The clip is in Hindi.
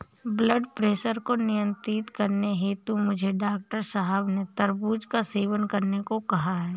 ब्लड प्रेशर को नियंत्रित करने हेतु मुझे डॉक्टर साहब ने तरबूज का सेवन करने को कहा है